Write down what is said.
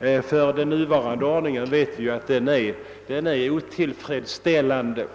Vi vet att den nuvarande ordningen är otillfredsställande.